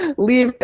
leave,